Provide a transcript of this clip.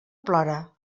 plora